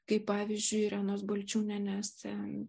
kaip pavyzdžiui irenos balčiūnienės